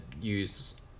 use